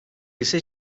ise